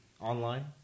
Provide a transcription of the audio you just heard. online